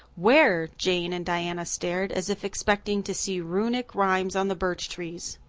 where? jane and diana stared, as if expecting to see runic rhymes on the birch trees.